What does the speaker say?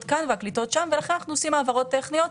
כאן והקליטות שם ולכן אנחנו עושים העברות טכניות,